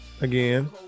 again